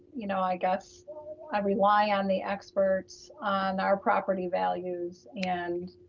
you know, i guess i rely on the experts on our property values and,